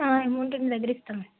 amount మీ దగ్గర ఇస్తాను